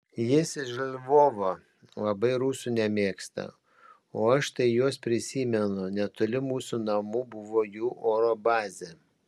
jis iš lvovo labai rusų nemėgsta o aš tai juos prisimenu netoli mūsų namų buvo jų oro bazė